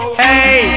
hey